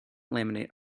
laminate